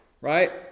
right